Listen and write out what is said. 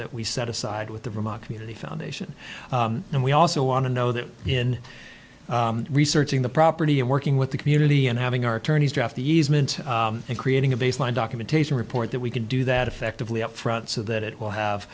that we set aside with the remark community foundation and we also want to know that in researching the property and working with the community and having our attorneys draft the easement and creating a baseline documentation report that we can do that effectively up front so that it will have